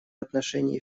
отношении